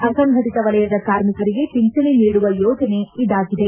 ಅಸಂಘಟತ ವಲಯದ ಕಾರ್ಮಿಕರಿಗೆ ಪಿಂಚಣೆ ನೀಡುವ ಯೋಜನೆ ಇದಾಗಿದೆ